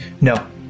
No